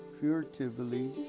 furtively